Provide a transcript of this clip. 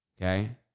Okay